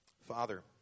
Father